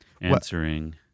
Answering